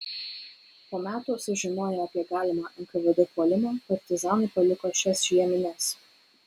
po metų sužinoję apie galimą nkvd puolimą partizanai paliko šias žiemines